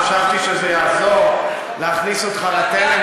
חשבתי שזה יעזור להכניס אותך לתלם,